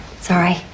sorry